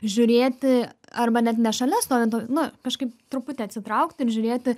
žiūrėti arba net ne šalia stovint o nu kažkaip truputį atsitraukti ir žiūrėti